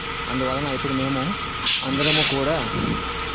అందువలన ఇప్పుడు మేము అందరము కూడా